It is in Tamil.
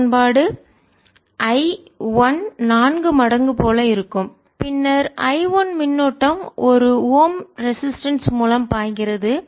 சமன்பாடு I1 நான்கு மடங்கு போல இருக்கும் பின்னர் I 1 மின்னோட்டம் ஒரு ஓம் ரெசிஸ்டன்ஸ் எதிர்ப்பு மூலம் பாய்கிறது